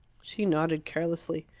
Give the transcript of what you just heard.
she nodded carelessly.